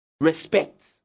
Respect